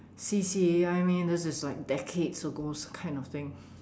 C_C_A I mean this is like decades ago kind of thing